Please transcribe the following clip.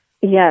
Yes